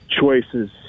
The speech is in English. choices